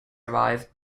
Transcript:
arrive